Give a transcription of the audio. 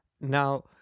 Now